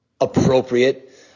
appropriate